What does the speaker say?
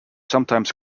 sometimes